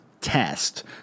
test